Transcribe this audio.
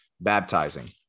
baptizing